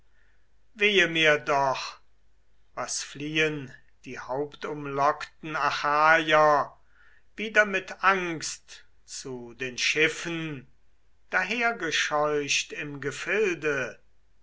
wehe mir doch was fliehen die hauptumlockten achaier wieder mit angst zu den schiffen dahergescheucht im gefilde